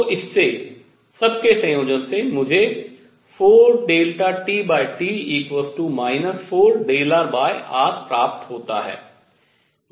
तो इससे सब के संयोजन से मुझे 4ΔTT 4rr प्राप्त होता है